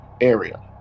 area